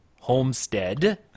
homestead